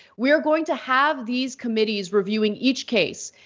we're going to have these committees reviewing each case.